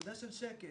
נקודה של שקט.